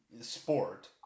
Sport